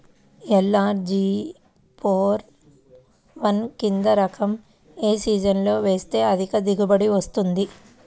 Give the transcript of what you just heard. LRG four one కంది రకం ఏ సీజన్లో వేస్తె అధిక దిగుబడి వస్తుంది?